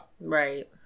Right